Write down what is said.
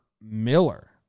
Miller